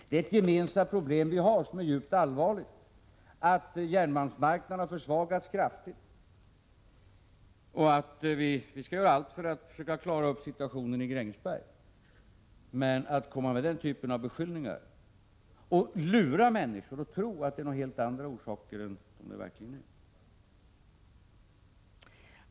Det är ett gemensamt problem som är djupt allvarligt att järnmalmsmarknaden har försvagats kraftigt, och vi skall göra allt för att klara upp situationen i Grängesberg. Med denna typ av beskyllningar lurar centerpartiet människor att tro att problemen har helt andra orsaker än de verkligen har.